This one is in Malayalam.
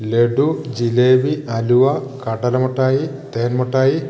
ലഡു ജിലേബി ഹലുവ കടലമിഠായി തേൻമിഠായി